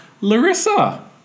Larissa